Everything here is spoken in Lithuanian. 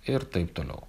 ir taip toliau